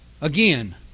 Again